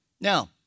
Now